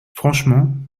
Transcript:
franchement